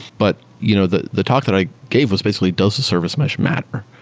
but you know the the talk that i gave was basically does the service mesh matter,